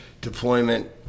deployment